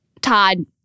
Todd